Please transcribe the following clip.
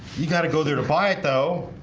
you got to go there to buy it though.